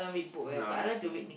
ya recent